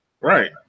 Right